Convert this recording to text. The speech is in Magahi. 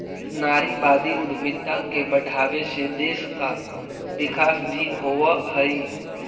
नारीवादी उद्यमिता के बढ़ावे से देश का विकास भी होवअ हई